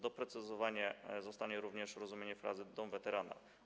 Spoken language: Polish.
Doprecyzowane zostanie również rozumienie frazy „Dom Weterana”